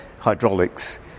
hydraulics